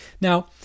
Now